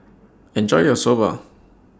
Enjoy your Soba